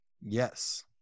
Yes